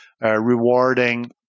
rewarding